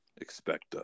Expect